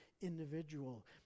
individual